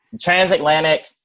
transatlantic